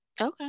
Okay